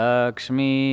Lakshmi